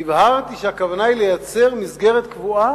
והבהרתי שהכוונה היא לייצר מסגרת קבועה.